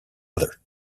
other